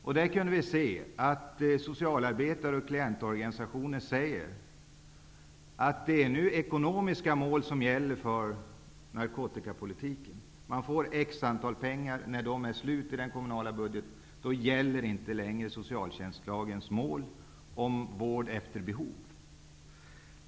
Vi har kunnat höra från socialarbetare och klientorganisationer att det nu är ekonomiska mål som gäller för narkotikapoliti ken. Man får en viss summa pengar. När pengarna är slut i den kommunala budgeten gäller inte längre socialtjänstlagens mål om vård efter behov.